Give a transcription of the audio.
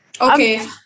Okay